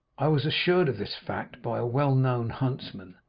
i was assured of this fact by a well-known huntsman,